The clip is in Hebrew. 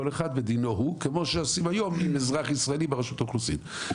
כל אחד בדינו הוא כמו שעושים היום עם אזרח ישראלי ברשות האוכלוסין.